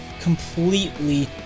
completely